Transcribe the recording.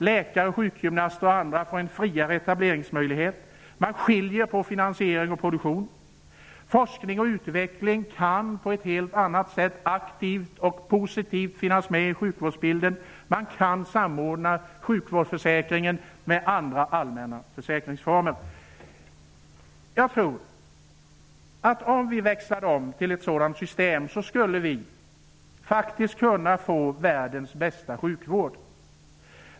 Läkare, sjukgymnaster och andra får en friare etableringsmöjlighet. Man skiljer på finansiering och produktion. Forskning och utveckling kan på ett helt annat sätt aktivt och positivt finnas med i bilden inom sjukvården. Man kan samordna sjukvårdsförsäkringen med andra allmänna försäkringsformer. Om vi växlar om till ett sådant system skulle vi kunna få världens bästa sjukvård.